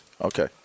Okay